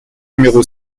numéro